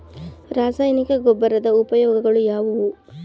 ರಾಸಾಯನಿಕ ಗೊಬ್ಬರದ ಉಪಯೋಗಗಳು ಯಾವುವು?